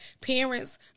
parents